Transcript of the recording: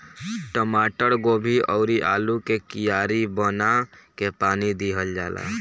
टमाटर, गोभी अउरी आलू के कियारी बना के पानी दिहल जाला